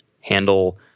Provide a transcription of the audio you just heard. handle